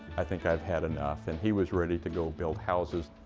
i think i've had enough. and he was ready to go build houses.